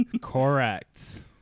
correct